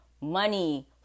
money